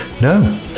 No